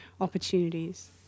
opportunities